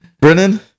Brennan